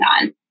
on